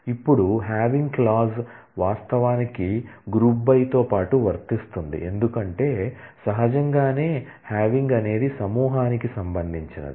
ఇప్పుడు having clause అనేది సమూహానికి సంబంధించినది